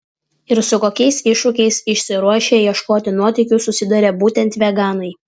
ir su kokiais iššūkiais išsiruošę ieškoti nuotykių susiduria būtent veganai